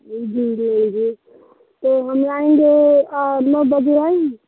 जी जी जी तो हम आएँगे बबुराई